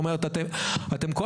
אתם כל